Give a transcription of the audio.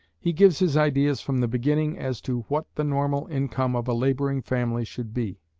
he gives his ideas from the beginning as to what the normal income of a labouring family should be.